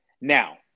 Now